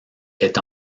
est